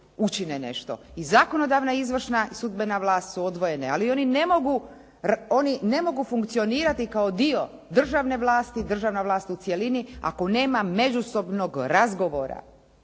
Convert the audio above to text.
učine nešto. I zakonodavna i izvršna i sudbena vlast su odvojene, ali oni ne mogu funkcionirati kao dio državne vlasti, državna vlast u cjelini ako nema međusobnog razgovora,